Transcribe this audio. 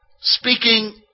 speaking